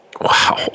Wow